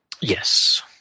Yes